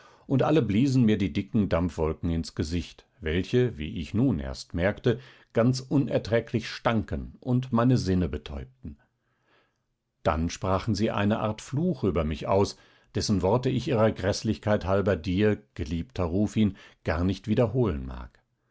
und alle bliesen mir die dicken dampfwolken ins gesicht welche wie ich nun erst merkte ganz unerträglich stanken und meine sinne betäubten dann sprachen sie eine art fluch über mich aus dessen worte ich ihrer gräßlichkeit halber dir geliebter rufin gar nicht wiederholen mag